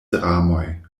dramoj